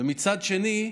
מצד שני,